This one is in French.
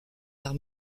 arts